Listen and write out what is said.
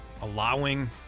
allowing